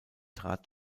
trat